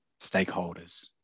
stakeholders